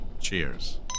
Cheers